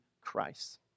Christ